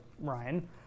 Ryan